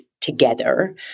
together